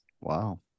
Wow